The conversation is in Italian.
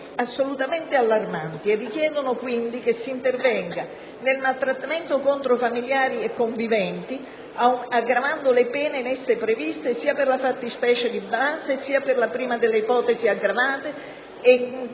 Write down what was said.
assolutamente allarmanti e richiedono quindi che si intervenga nel maltrattamento contro familiari e conviventi aggravando le pene previste sia per la fattispecie di base, sia per la prima delle ipotesi aggravate,